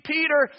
Peter